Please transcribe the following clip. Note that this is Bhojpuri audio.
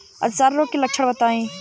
अतिसार रोग के लक्षण बताई?